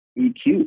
EQ